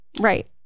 right